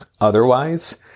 Otherwise